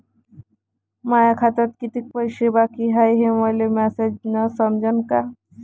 माया खात्यात कितीक पैसे बाकी हाय हे मले मॅसेजन समजनं का?